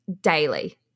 daily